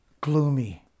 gloomy